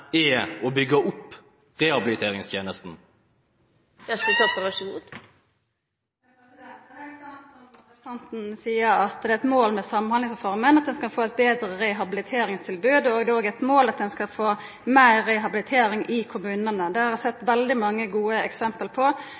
er å bygge opp rehabiliteringstjenesten? Det er heilt sant som representanten seier, at det er eit mål med Samhandlingsreforma at ein skal få eit betre rehabiliteringstilbod. Det er òg eit mål at ein skal få meir rehabilitering i kommunane. Det har eg sett veldig mange gode eksempel på,